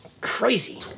crazy